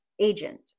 Agent